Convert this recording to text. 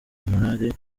morali